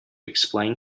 explain